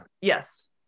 yes